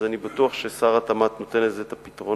אז אני בטוח ששר התמ"ת נותן לזה את הפתרונות,